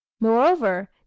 Moreover